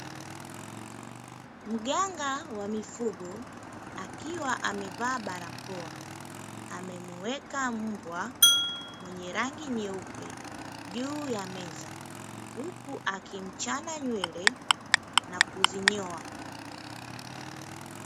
Mganga wa mifugo akiwa amevaa barakoa, amemuweka mbwa mwenye rangi nyeupe juu ya meza, huku akimchana nywele na kuzinyoa.